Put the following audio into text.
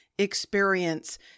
experience